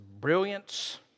brilliance